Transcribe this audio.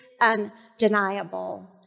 undeniable